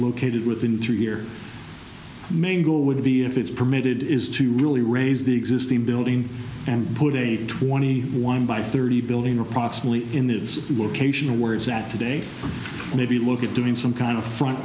located within through here main goal would be if it's permitted is to really raise the existing building and put a twenty one by thirty building approximately in the location of where it's at today or maybe look at doing some kind of f